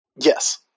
Yes